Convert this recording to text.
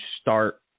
start